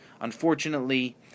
Unfortunately